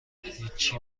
هیچی